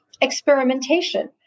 experimentation